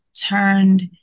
turned